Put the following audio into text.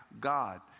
God